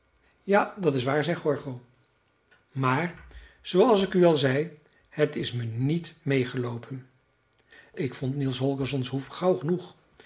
ja dat is waar zei gorgo maar zooals ik u al zei het is me niet meegeloopen ik vond niels holgerssons hoeve gauw genoeg